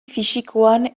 fisikoan